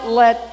let